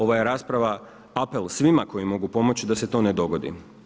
Ova je rasprava apel svima koji mogu pomoći da se to ne dogodi.